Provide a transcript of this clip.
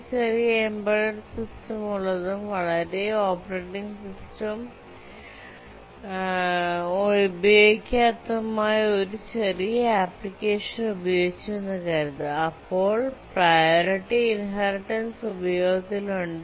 വളരെ ചെറിയ എംബഡഡ് സിസ്റ്റമുള്ളതും വളരെ ഓപ്പറേറ്റിംഗ് സിസ്റ്റവും ഉപയോഗിക്കാത്തതുമായ ഒരു ചെറിയ ആപ്ലിക്കേഷൻ ഉപയോഗിച്ചുവെന്ന് കരുതുക അപ്പോൾ പ്രിയോറിറ്റി ഇൻഹെറിറ്റൻസ് ഉപയോഗത്തിലുണ്ട്